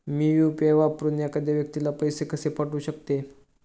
मी UPI वापरून एखाद्या व्यक्तीला पैसे कसे पाठवू शकते?